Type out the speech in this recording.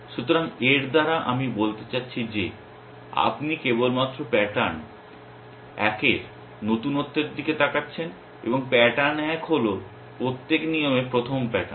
সুতরাং এর দ্বারা আমি বলতে চাচ্ছি যে আপনি কেবলমাত্র প্যাটার্ন একের নতুনত্বের দিকে তাকাচ্ছেন এবং প্যাটার্ন এক হল প্রত্যেক নিয়মে প্রথম প্যাটার্ন